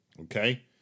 Okay